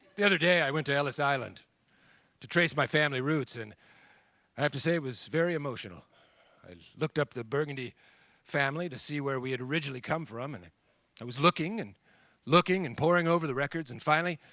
the other day i went to ellis island to trace my family roots and i have to say it was very emotional. i looked up the burgundy family to see where we had originally come from, and i was looking and looking and poring over the records and, finally,